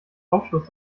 aufschluss